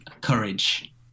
Courage